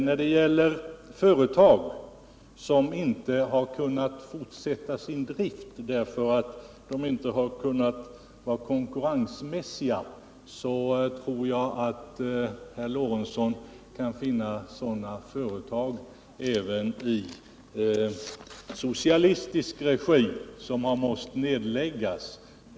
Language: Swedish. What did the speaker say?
När det gäller företag som inte kunnat fortsätta sin drift därför att de inte kunnat vara konkurrensmässiga tror jag att herr Lorentzon kan finna företag även i socialistisk regi som måst nedläggas.